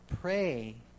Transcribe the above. pray